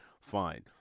Fine